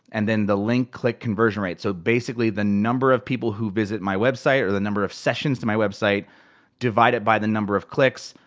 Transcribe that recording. and then the link click conversion rate. so basically the number of people who visit my website, or the number of sessions to my website divided by the number of clicks.